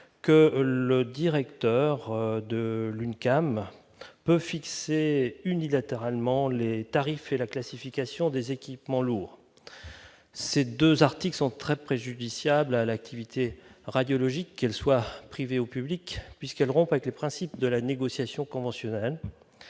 que le directeur général de l'UNCAM peut établir unilatéralement les tarifs et la classification des équipements lourds. Ces deux articles sont très préjudiciables à l'activité radiologique, privée ou publique, en ce qu'ils rompent avec les principes de la négociation conventionnelle.